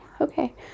okay